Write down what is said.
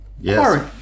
Yes